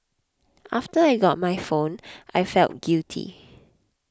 after I got my phone I felt guilty